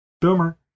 boomer